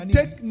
take